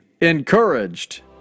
encouraged